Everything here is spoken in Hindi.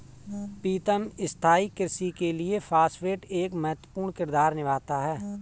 प्रीतम स्थाई कृषि के लिए फास्फेट एक महत्वपूर्ण किरदार निभाता है